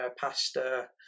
pasta